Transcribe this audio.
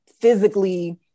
physically